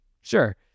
sure